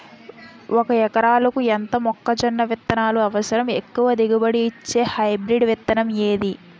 ఒక ఎకరాలకు ఎంత మొక్కజొన్న విత్తనాలు అవసరం? ఎక్కువ దిగుబడి ఇచ్చే హైబ్రిడ్ విత్తనం ఏది?